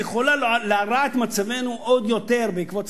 והיא יכולה להרע את מצבנו עוד יותר בעקבות ספטמבר.